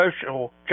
social